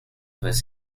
his